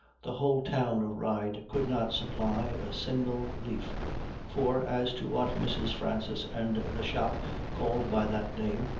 the whole town of ryde could not supply a single leaf for, as to what mrs. francis and the shop called by that name,